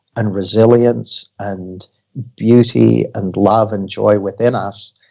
and resilience and beauty and love, and joy within us.